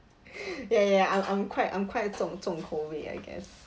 ya ya ya I'm I'm quite I'm quite 重重口味 I guess